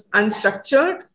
unstructured